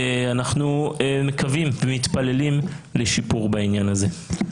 אנחנו מקווים ומתפללים לשיפור בעניין הזה.